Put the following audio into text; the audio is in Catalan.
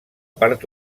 part